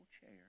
chair